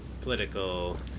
political